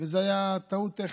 וזו הייתה טעות טכנית.